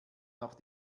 noch